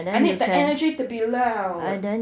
I need the energy to be loud